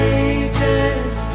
ages